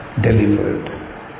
delivered